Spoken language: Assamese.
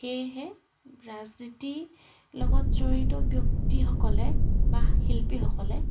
সেয়েহে ৰাজনীতিৰ লগত জড়িত ব্যক্তিসকলে বা শিল্পীসকলে